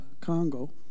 Congo